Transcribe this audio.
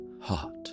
Heart